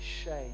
shame